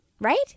Right